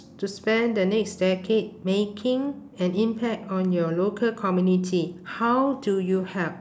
to spend the next decade making an impact on your local community how do you help